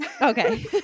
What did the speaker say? Okay